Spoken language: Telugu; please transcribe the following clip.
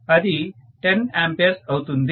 అది 10 A అవుతుంది